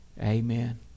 Amen